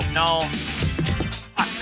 no